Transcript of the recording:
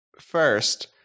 First